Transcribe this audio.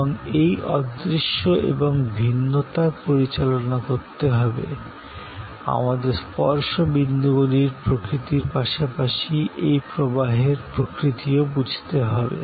এবং এই অদৃশ্য এবং ভিন্নতার পরিচালনা করতে হলে আমাদের স্পর্শ বিন্দুগুলির প্রকৃতির পাশাপাশি এই প্রবাহের প্রকৃতিও বুঝতে হবে